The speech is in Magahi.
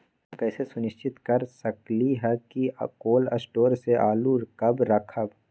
हम कैसे सुनिश्चित कर सकली ह कि कोल शटोर से आलू कब रखब?